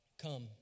come